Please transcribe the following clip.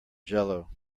jello